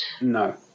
No